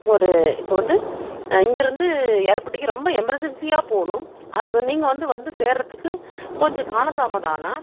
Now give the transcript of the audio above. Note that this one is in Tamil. ஒரு இப்போ வந்து இங்கிருந்து ஏறபட்டிக்கு ரொம்ப எமெர்ஜென்ஸியாக போகணும் அதுக்கு நீங்கள் வந்து வந்து சேருத்துக்கு கொஞ்சம் கால தாமதம் ஆனால்